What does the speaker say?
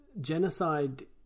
genocide